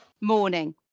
Morning